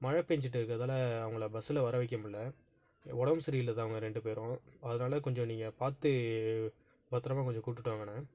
மழை பேஞ்சிகிட்டு இருக்கிறதால அவங்கள பஸ்ஸில் வர வைக்க முடில உடம் சரி இல்லாதவங்க ரெண்டு பேரும் அதனால கொஞ்சம் நீங்கள் பார்த்து பத்தரமாக கொஞ்சம் கூட்டுகிட்டு வாங்கண்ணா